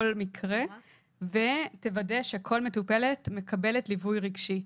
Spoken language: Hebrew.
מקרה ותוודא שכל מטופלת מקבלת ליווי רגשי.